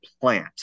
plant